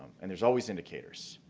and there's always indicators,